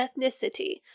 ethnicity